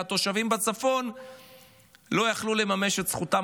והתושבים בצפון לא יכלו לממש את זכותם